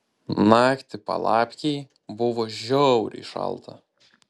naktį palapkėj buvo žiauriai šalta